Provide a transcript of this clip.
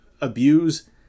abuse